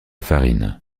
farine